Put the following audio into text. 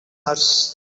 nurse